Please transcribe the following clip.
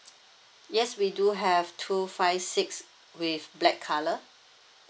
yes we do have two five six with black colour